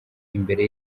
imbere